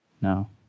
No